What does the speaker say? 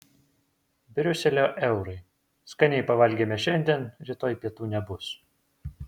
briuselio eurai skaniai pavalgėme šiandien rytoj pietų nebus